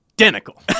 identical